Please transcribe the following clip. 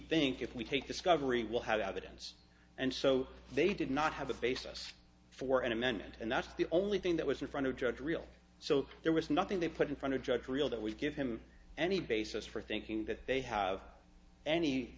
think if we take discovery we'll have a dense and so they did not have a basis for an amendment and that's the only thing that was in front of judge real so there was nothing they put in front of judge real that we give him any basis for thinking that they have any